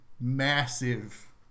massive